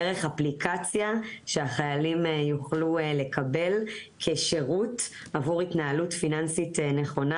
דרך אפליקציה שהחיילים יוכלו לקבל כשרות עבור התנהלות פיננסית נכונה.